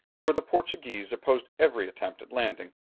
where the portuguese opposed every attempt at landing.